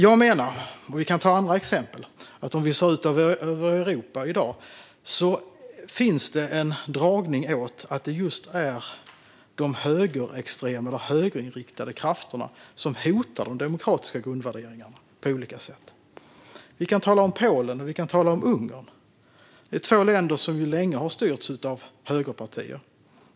Jag menar - och vi kan ta andra exempel - att det i Europa i dag finns en dragning åt att det är de högerextrema eller högerinriktade krafterna som hotar de demokratiska grundvärderingarna på olika sätt. Vi kan tala om Polen och om Ungern, två länder som länge har styrts av högerpartier.